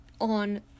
on